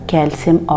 Calcium